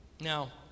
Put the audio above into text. Now